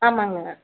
ஆமாம்ங்க